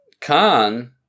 Khan